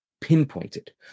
Pinpointed